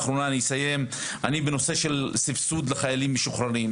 אני בנושא של סבסוד לחיילים משוחררים,